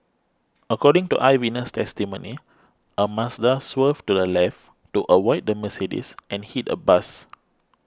according to eyewitness testimony a Mazda swerved to the left to avoid the Mercedes and hit a bus